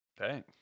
Okay